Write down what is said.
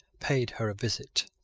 paid her a visit.